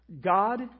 God